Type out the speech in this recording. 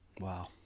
Wow